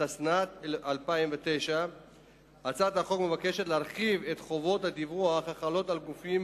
התשס"ט 2009. הצעת החוק מבקשת להרחיב את חובות הדיווח החלות על גופים